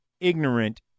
ignorant